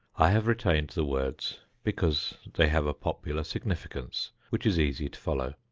i have retained the words because they have a popular significance which is easy to follow.